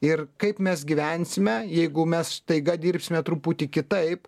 ir kaip mes gyvensime jeigu mes staiga dirbsime truputį kitaip